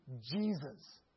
Jesus